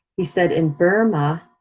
he said in burma,